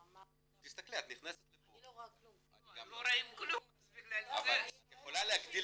תסתכלי, את נכנסת לפה, את יכולה לראות